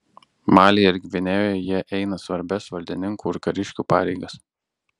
malyje ir gvinėjoje jie eina svarbias valdininkų ir kariškių pareigas